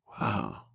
Wow